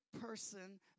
person